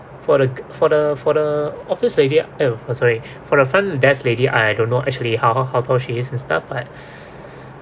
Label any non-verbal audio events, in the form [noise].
for the [noise] for the for the office lady eh I'm sorry for the front desk lady I don't know actually how how how tall she is and stuff but